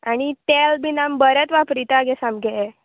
आनी तेल बीन आमी बरेंच वापरिता गे सामके